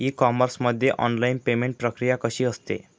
E commerce मध्ये online payment प्रक्रिया कशी असते?